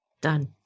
Done